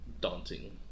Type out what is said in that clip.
daunting